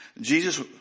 Jesus